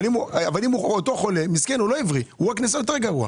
אבל אם אותו חולה הוא נעשה יותר גרוע?